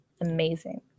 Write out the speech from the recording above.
amazing